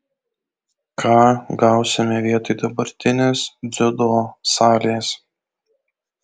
ką gausime vietoj dabartinės dziudo salės